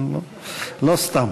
זה לא סתם,